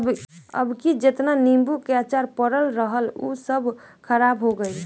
अबकी जेतना नीबू के अचार पड़ल रहल हअ सब खराब हो गइल